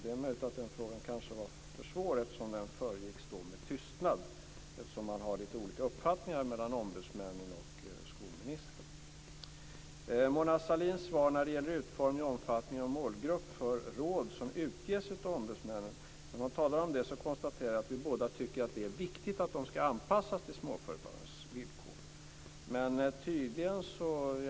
Det är möjligt att frågan var för svår och förbigicks med tystnad eftersom det här råder lite olika uppfattningar mellan ombudsmännen och skolministern. Jag konstaterar efter Mona Sahlins svar när det gäller utformning, omfattning och målgrupp för råd som utges av ombudsmännen att vi båda tycker att det är viktigt att de ska anpassas till småföretagarens villkor.